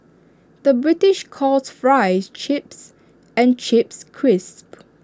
the British calls Fries Chips and Chips Crisps